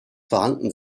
vorhanden